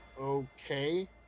okay